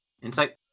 Insight